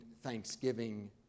Thanksgiving